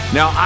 Now